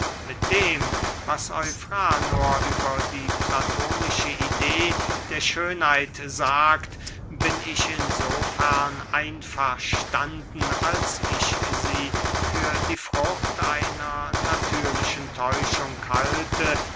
mit dem was eufranor über die platonische idee der schönheit sagt bin ich in so fern einverstanden als ich sie für die frucht einer natürlichen täuschung halte